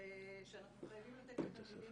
ושאנחנו חייבים לתת לתלמידים כלים